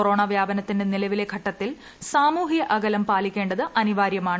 corona വ്യാപനത്തിന്റെ നിലവിലെ ഘട്ടത്തിൽ സാമൂഹ്യ അകലം പാലിക്കേണ്ടത് അനിവാര്യമാണ്